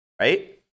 right